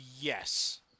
Yes